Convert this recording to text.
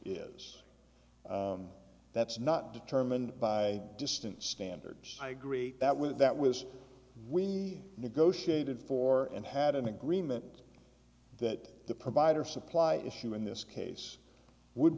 is that's not determined by distance standards i agree that with that was we negotiated for and had an agreement that the provider supply issue in this case w